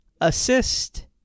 assist